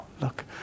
look